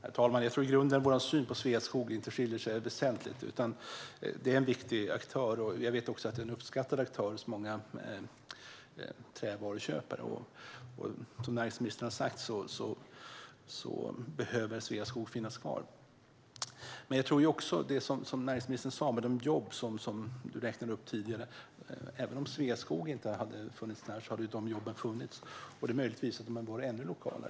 Fru talman! Jag tror i grunden inte att vi skiljer oss väsentligt när det gäller vår syn på Sveaskog. Det är en viktig aktör. Jag vet också att det är en aktör som uppskattas av många trävaruköpare. Som näringsministern har sagt behöver Sveaskog finnas kvar. Näringsministern räknade upp jobb tidigare. Jag tror att de jobben hade funnits även om Sveaskog inte hade funnits där. De hade möjligtvis varit ännu mer lokala.